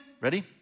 ready